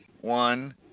one